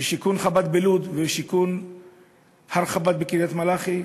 לשיכון חב"ד בלוד ולשיכון הר-חב"ד בקריית-מלאכי.